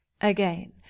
Again